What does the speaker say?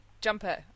jumper